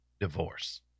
divorce